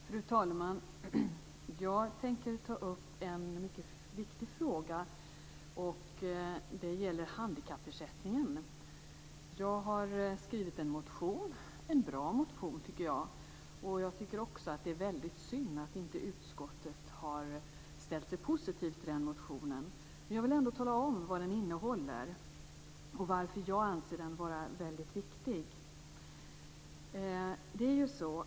Fru talman! Jag tänker ta upp en mycket viktig fråga. Den gäller handikappersättningen. Jag har skrivit en motion, en bra motion, tycker jag. Jag tycker också att det är väldigt synd att inte utskottet har ställt sig positivt till den motionen. Men jag vill ändå tala om vad den innehåller och varför jag anser den vara väldigt viktig.